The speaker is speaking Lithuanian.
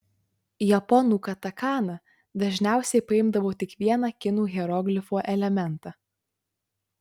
japonų katakana dažniausiai paimdavo tik vieną kinų hieroglifo elementą